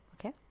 Okay